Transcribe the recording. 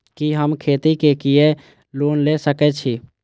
कि हम खेती के लिऐ लोन ले सके छी?